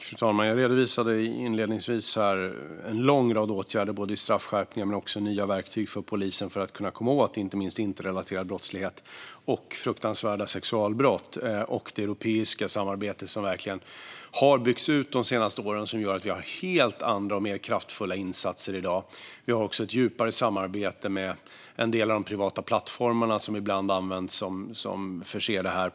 Fru talman! Jag redovisade inledningsvis en lång rad åtgärder, både straffskärpningar och nya verktyg för polisen, för att kunna komma åt inte minst internetrelaterad brottslighet och fruktansvärda sexualbrott. Det europeiska samarbetet, som verkligen har byggts ut de senaste åren, gör att vi har helt andra och mer kraftfulla insatser i dag. Vi har också ett djupare samarbete än tidigare med en del av de privata plattformar som ibland används här.